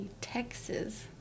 Texas